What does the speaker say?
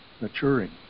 maturing